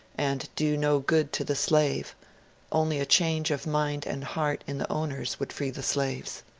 and do no good to the slave only a change of mind and heart in the owners would free the slaves.